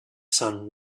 sun